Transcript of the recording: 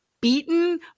beaten